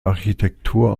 architektur